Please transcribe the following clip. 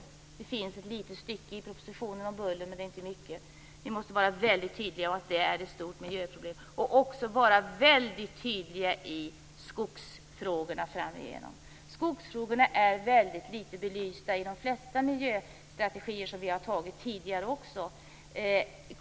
Det finns ett litet stycke i propositionen om buller, men det är inte stort. Vi måste vara tydliga och visa att buller är ett stort miljöproblem. Likaså måste vi vara mycket tydliga i skogsfrågorna framigenom. De frågorna är väldigt litet belysta i de flesta miljöstrategier vi har haft tidigare också.